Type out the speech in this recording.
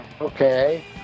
Okay